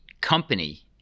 company